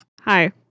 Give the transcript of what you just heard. Hi